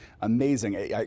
Amazing